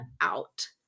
out